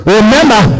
Remember